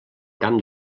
camp